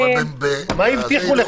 --- מה הבטיחו לך?